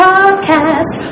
Podcast